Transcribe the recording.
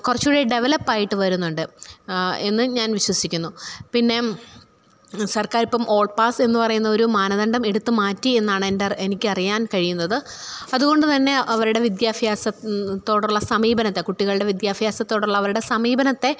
കുറച്ചു കൂടി ഡെവലപ്പ് ആയിട്ട് വരുന്നുണ്ട് എന്ന് ഞാന് വിശ്വസിക്കുന്നു പിന്നെ സര്ക്കാർ ഇപ്പം ഓള് പാസ് എന്ന് പറയുന്ന ഒരു മാനദണ്ഡം എടുത്ത് മാറ്റി എന്നാണ് എനിക്ക് അറിയാന് കഴിയുന്നത് അതുകൊണ്ടു തന്നെ അവരുടെ വിദ്യാഭ്യാസത്തോടുള്ള സമീപനത്തെ കുട്ടികളുടെ വിദ്യാഭ്യാസത്തോടുള്ള അവരുടെ സമീപനത്തെ